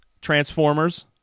Transformers